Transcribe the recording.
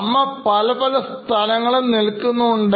അമ്മ പല പല സ്ഥലങ്ങളിൽ നിൽക്കുന്നുണ്ട്